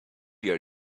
your